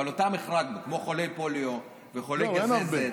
אבל אותן החרגנו, כמו חולי פוליו וחולי גזזת.